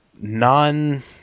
non